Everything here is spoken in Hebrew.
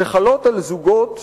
שחלות על זוגות,